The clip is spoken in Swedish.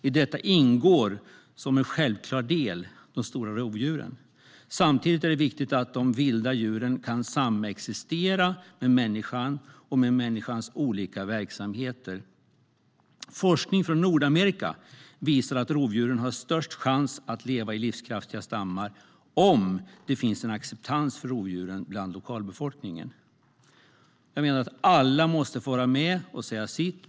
I detta ingår som en självklar del de stora rovdjuren. Samtidigt är det viktigt att de vilda djuren kan samexistera med människan och med människans olika verksamheter. Forskning från Nordamerika visar att rovdjuren har störst chans att leva i livskraftiga stammar om det finns en acceptans för rovdjuren bland lokalbefolkningen. Jag menar att alla måste få vara med och säga sitt.